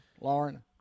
lauren